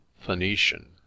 Phoenician